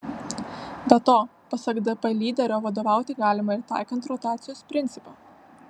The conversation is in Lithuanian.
be to pasak dp lyderio vadovauti galima ir taikant rotacijos principą